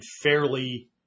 fairly